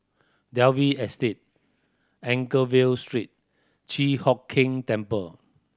Dalvey Estate Anchorvale Street Chi Hock Keng Temple